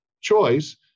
choice